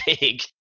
big